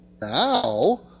Now